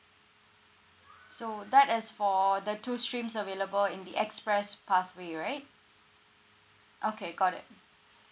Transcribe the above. so that is for the two streams available in the express pathway right okay got it